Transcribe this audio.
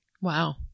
Wow